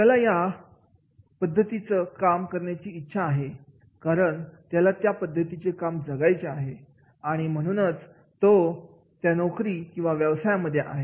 त्याला या पद्धतीचं काम करण्याची इच्छा आहे कारण त्याला त्या पद्धतीचे आयुष्य जगायचे आहे आणि म्हणूनच तो क्या नोकरी किंवा व्यवसायामध्ये आहे